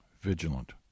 vigilant